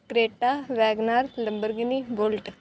Creta Wagon R Lamborghini bullet